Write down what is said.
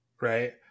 right